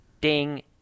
Ding